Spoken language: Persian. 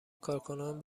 کارکنان